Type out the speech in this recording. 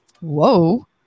whoa